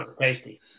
tasty